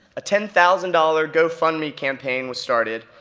a ten thousand dollars gofundme campaign was started,